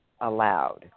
allowed